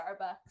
Starbucks